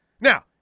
Now